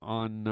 on